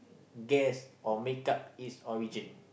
guess or make up its origin